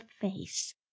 face